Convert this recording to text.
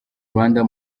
rwanda